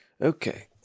Okay